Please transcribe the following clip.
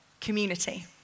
community